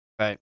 right